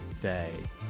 day